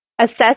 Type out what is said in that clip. assess